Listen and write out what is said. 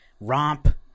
romp